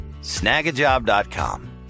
snagajob.com